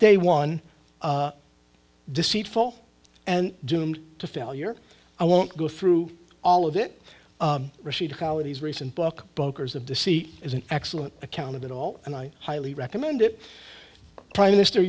day one deceitful and doomed to failure i won't go through all of it rashid khalidi is recent book brokers of deceit is an excellent account of it all and i highly recommend it prime minister